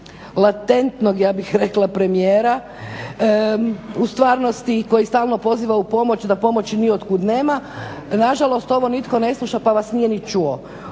latentnog ja bih rekla premijera u stvarnosti koji stalno poziva u pomoć da pomoći ni od kud nema, nažalost ovo nitko ne sluša pa vas nije ni čuo.